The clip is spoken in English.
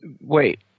wait